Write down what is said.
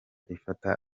ifata